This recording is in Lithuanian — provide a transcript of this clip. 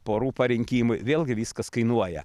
porų parinkimui vėlgi viskas kainuoja